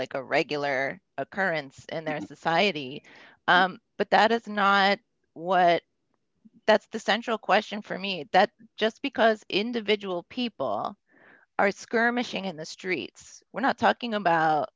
like a regular occurrence in their society but that is not what that's the central question for me that just because individual people are skirmishing in the streets we're not talking about